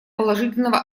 положительного